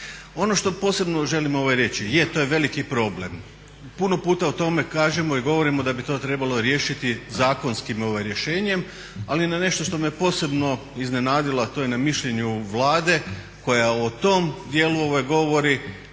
Ono što posebno želim reći, je to je veliki problem. Puno puta o tome kažemo i govorimo da bi to trebalo riješiti zakonskim rješenjem, ali na nešto što me posebno iznenadilo a to je na mišljenju Vlade koja o tom dijelu govori